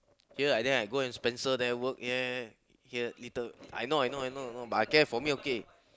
here I there I go and Spencer there work ya ya ya here little I know I know I know but I care for me okay